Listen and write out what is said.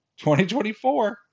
2024